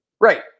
Right